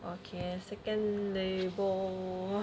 okay second label